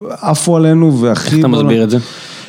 עפו עלינו, והכי. איך אתה מסביר את זה?